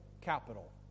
capital